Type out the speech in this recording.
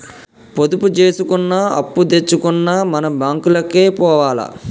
పొదుపు జేసుకున్నా, అప్పుదెచ్చుకున్నా మన బాంకులకే పోవాల